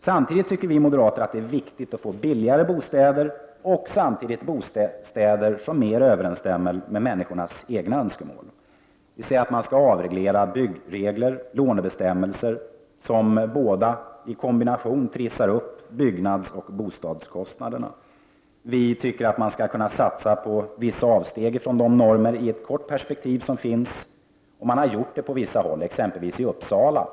Samtidigt tycker vi moderater att det är viktigt att få billigare bostäder och bostäder som mer överensstämmer med människornas egna önskemål, dvs. att vi skall avreglera byggregler och lånebestämmelser som båda i kombination trissar upp byggnadsoch bostadskostnaderna. Vi tycker att man skall kunna satsa på vissa avsteg från normerna i ett kort perspektiv — detta har man gjort på vissa håll, bl.a. i Uppsala.